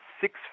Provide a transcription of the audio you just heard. six